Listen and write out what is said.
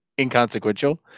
inconsequential